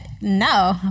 No